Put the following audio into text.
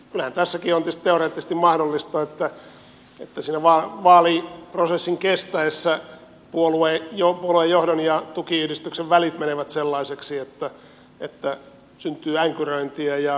kyllähän tässäkin on tietysti teoreettisesti mahdollista että sen vaaliprosessin kestäessä puoluejohdon ja tukiyhdistyksen välit menevät sellaisiksi että syntyy änkyröintiä